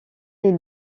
les